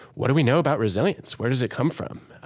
what do we know about resilience? where does it come from?